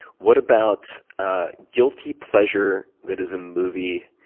what about ah guilty pleasure that is a movie,